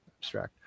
abstract